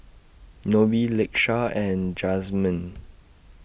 Nobie Lakesha and Jazmyn